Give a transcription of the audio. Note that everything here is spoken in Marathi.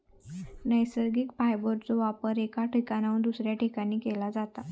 नैसर्गिक फायबरचो वापर एका ठिकाणाहून दुसऱ्या ठिकाणी केला जाता